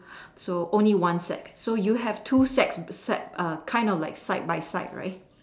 so only one sack so you have two sacks sack err kind of like side by side right